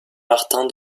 martin